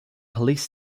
police